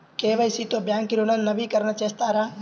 KYC తో bank ఋణం నవీకరణ చేస్తారా?